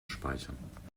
speichern